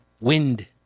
wind